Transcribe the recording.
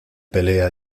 pelea